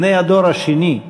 בני הדור השני,